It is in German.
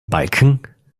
balken